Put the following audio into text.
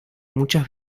muchas